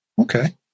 Okay